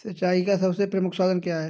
सिंचाई का सबसे प्रमुख साधन क्या है?